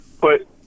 put